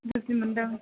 बुजि मोन्दों